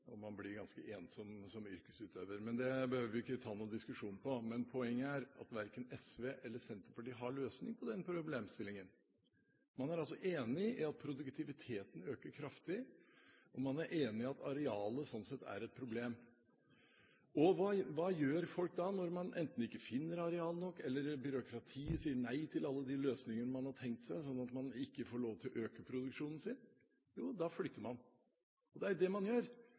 og man blir ganske ensom som yrkesutøver. Men det behøver vi ikke ta noen diskusjon om. Poenget er at verken SV eller Senterpartiet har noen løsning på den problemstillingen. Man er altså enig i at produktiviteten øker kraftig, og man er enig i at arealene sånn sett er et problem. Hva gjør folk da – når man enten ikke finner areal nok, eller byråkratiet sier nei til alle de løsningene man har tenkt seg, sånn at man ikke får lov til å øke produksjonen sin? Jo, da flytter man. Og det er det man gjør!